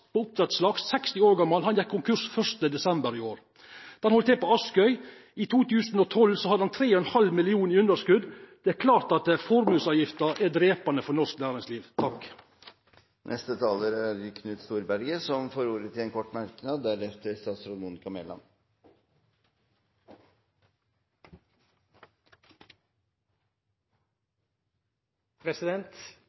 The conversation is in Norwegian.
i år. Bedrifta heldt til på Askøy. I 2012 hadde ho 3,5 mill. kr i underskot. Det er klart at formuesskatten er drepande for norsk næringsliv. Representanten Knut Storberget har hatt ordet to ganger tidligere i debatten og får ordet til en kort merknad,